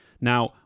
Now